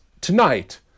tonight